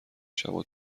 شبا